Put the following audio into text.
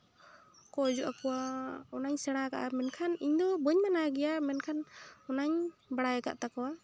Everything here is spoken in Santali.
ᱠᱚ ᱚᱡᱚᱜ ᱟᱠᱚᱣᱟ ᱚᱱᱟᱧ ᱥᱮᱬᱟ ᱟᱠᱟᱜᱼᱟ ᱢᱮᱱᱠᱷᱟᱱ ᱤᱧ ᱫᱚ ᱵᱟᱹᱧ ᱢᱟᱱᱟᱣ ᱜᱮᱭᱟ ᱢᱮᱱᱠᱷᱟᱱ ᱚᱱᱟᱧ ᱵᱟᱲᱟᱭ ᱠᱟᱜ ᱛᱟᱠᱚᱣᱟ